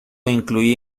incluía